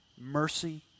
Mercy